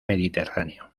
mediterráneo